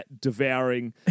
devouring